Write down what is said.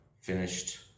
finished